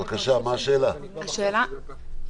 אני חושב שזה לא צריך להיות בנוהל משטרתי.